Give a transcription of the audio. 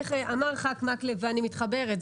כפי שאמר חבר הכנסת מקלב ואני מתחברת,